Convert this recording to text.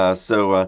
ah so,